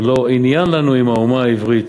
"הלוא עניין לנו עם האומה העברית.